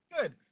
good